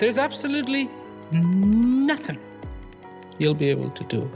there's absolutely nothing you'll be able to do